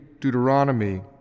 Deuteronomy